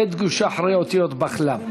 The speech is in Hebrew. בי"ת דגושה אחרי אותיות בכל"מ.